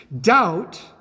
Doubt